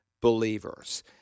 believers